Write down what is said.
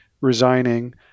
resigning